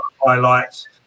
highlights